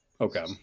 Okay